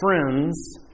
friends